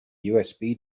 usb